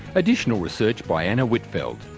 additional research by anna whitfeld,